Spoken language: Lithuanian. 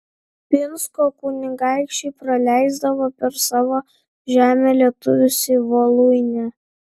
pinsko kunigaikščiai praleisdavo per savo žemę lietuvius į voluinę